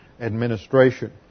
administration